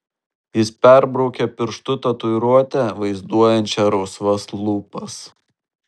jis perbraukė pirštu tatuiruotę vaizduojančią rausvas lūpas